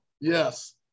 Yes